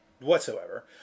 Whatsoever